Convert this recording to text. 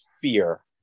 fear